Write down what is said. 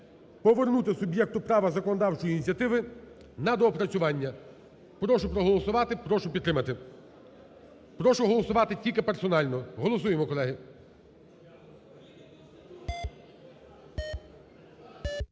повернути суб'єкту права законодавчої ініціативи на доопрацювання. Прошу проголосувати, прошу підтримати. Прошу голосувати тільки персонально. Голосуємо, колеги.